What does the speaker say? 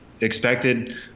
expected